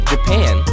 Japan